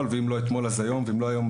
ואם לא אתמול אז היום ואם לא היום,